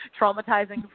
traumatizing